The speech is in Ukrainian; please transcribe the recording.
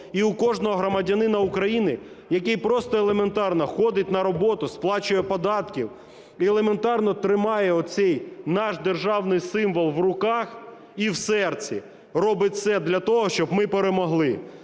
і в кожного громадянина України, який просто елементарно ходить на роботу, сплачує податки, елементарно тримає цей наш державний символ в руках і в серці, робить це для того, щоб ми перемогли.